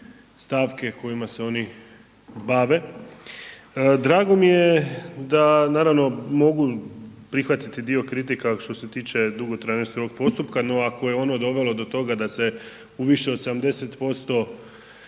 stavke kojima se oni bave. Drago mi je da naravno mogu prihvatiti dio kritika što se tiče dugotrajnosti ovog postupka no ako je ono dovelo do toga da se u više od 70%